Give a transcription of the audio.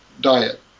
diet